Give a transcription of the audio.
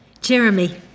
Jeremy